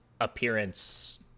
appearance